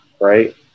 right